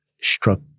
struck